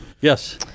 Yes